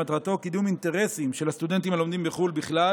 שמטרתו קידום אינטרסים של הסטודנטים הלומדים בחו"ל בכלל